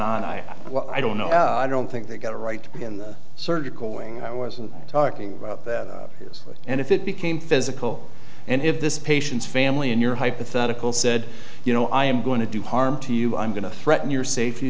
on i i don't know i don't think they've got a right to be in the surgical wing i wasn't talking about that and if it became physical and if this patient's family in your hypothetical said you know i am going to do harm to you i'm going to threaten your safety